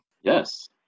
Yes